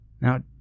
Now